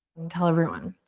tell everyone.